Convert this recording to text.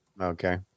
Okay